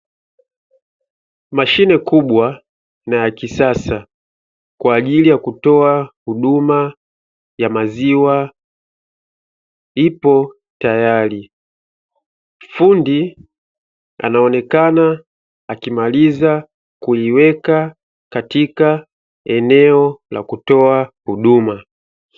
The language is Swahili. Mashine kubwa na ya kisasa kwa ajili ya kutoa huduma ya maziwa ipo tayari, fundi anaonekana akimaliza kuiweka katika eneo la kutoa huduma.